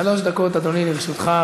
שלוש דקות, אדוני, לרשותך.